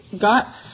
got